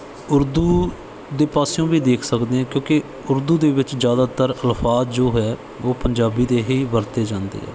ਉਰਦੂ ਦੇ ਪਾਸਿਓਂ ਵੀ ਦੇਖ ਸਕਦੇ ਹੈ ਕਿਉਂਕਿ ਉਰਦੂ ਦੇ ਵਿੱਚ ਜ਼ਿਆਦਾਤਰ ਅਲਫਾਜ਼ ਜੋ ਹੈ ਉਹ ਪੰਜਾਬੀ ਦੇ ਹੀ ਵਰਤੇ ਜਾਂਦੇ ਹੈ